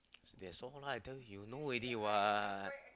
that's why lah I tell you he know already what